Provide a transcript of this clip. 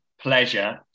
pleasure